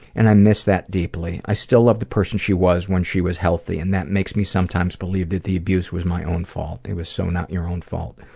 and i miss that deeply. i still love the person she was when she was healthy, and that makes me sometimes believe that the abuse was my own fault. it is so not your own fault.